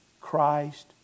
Christ